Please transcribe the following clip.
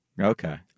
Okay